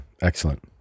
excellent